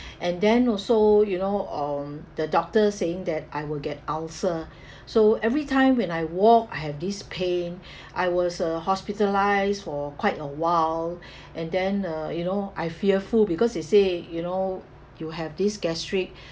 and then also you know um the doctor saying that I will get ulcer so every time when I walk I have this pain I was uh hospitalised for quite a while and then uh you know I fearful because they say you know you have these gastric